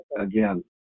again